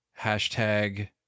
Hashtag